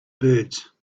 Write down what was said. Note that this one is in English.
birds